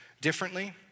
differently